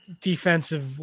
defensive